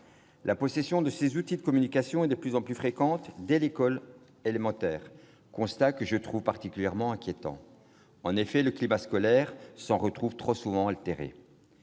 la possession de ces outils de communication est de plus en plus fréquente dès l'école élémentaire, ce qui me semble particulièrement inquiétant. Le climat scolaire s'en trouve trop souvent altéré.